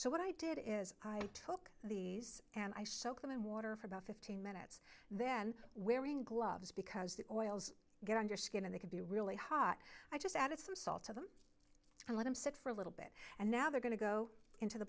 so what i did is i took these and i soak them in water for about fifteen then wearing gloves because the oils get on your skin and they could be really hot i just added some salt to them and let them sit for a little bit and now they're going to go into the